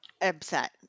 Upset